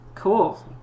cool